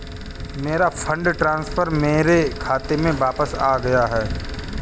मेरा fund transfer मेरे खाते में वापस आ गया है